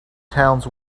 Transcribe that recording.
towns